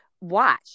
watch